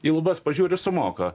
į lubas pažiūri sumoka